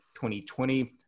2020